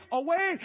away